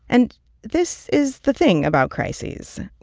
and this is the thing about crises.